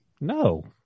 No